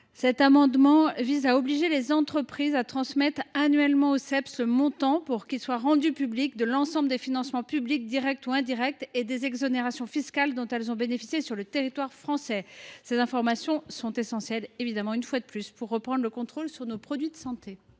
Cet amendement vise à obliger les entreprises à transmettre annuellement au CEPS, pour qu’il soit rendu public, le montant de l’ensemble des financements publics, directs ou indirects, et des exonérations fiscales dont elles ont bénéficié sur le territoire français. Encore une fois, ces informations sont essentielles pour reprendre le contrôle sur nos produits de santé.